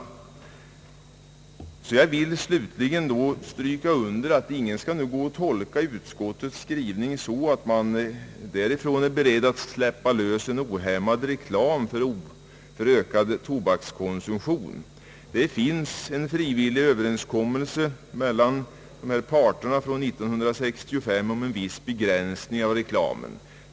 Jag vill siutligen understryka att ingen skall tolka utskottets skrivning så, att man från utskottets sida är beredd att släppa lös en ohämmad reklam för en ökad tobakskonsumtion. Det finns en frivillig överenskommelse från år 1965 mellan de berörda parterna om en viss begränsning av reklamen.